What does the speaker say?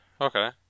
okay